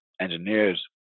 engineers